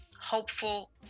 hopeful